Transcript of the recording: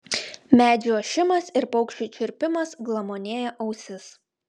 medžių ošimas ir paukščių čirpimas glamonėja ausis